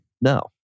No